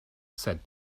said